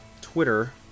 twitter